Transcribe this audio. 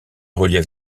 reliefs